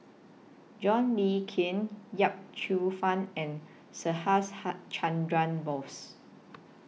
John Le Cain Yip Cheong Fun and Subhas Chandra Bose